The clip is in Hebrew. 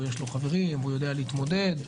ויש לו חברים והוא יודע להתמודד.